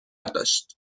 داشت